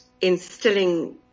instilling